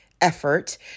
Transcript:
effort